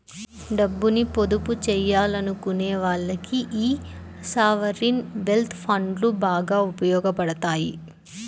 డబ్బుని పొదుపు చెయ్యాలనుకునే వాళ్ళకి యీ సావరీన్ వెల్త్ ఫండ్లు బాగా ఉపయోగాపడతాయి